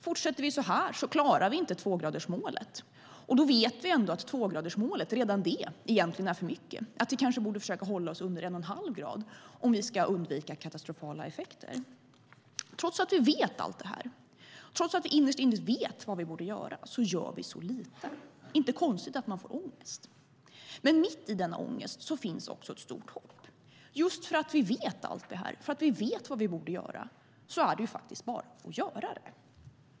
Fortsätter vi så här klarar vi inte tvågradersmålet, och då vet vi ändå att redan två grader egentligen är för mycket och att vi kanske borde försöka hålla oss under en och en halv grad om vi ska undvika katastrofala effekter. Trots att vi vet allt detta - trots att vi innerst inne vet vad vi borde göra - gör vi så lite. Inte konstigt att man får ångest! Men mitt i denna ångest finns också ett stort hopp: Just för att vi vet allt detta och vet vad vi borde göra är det faktiskt bara att göra det.